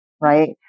right